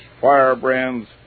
firebrands